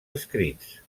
escrits